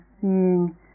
seeing